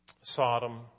Sodom